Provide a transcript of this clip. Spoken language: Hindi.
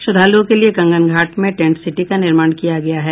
श्रद्धालुओं के लिये कंगन घाट में टेंट सिटी का निर्माण किया गया है